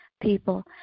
people